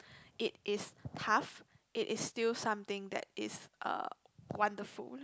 it is tough it is still something that is uh wonderful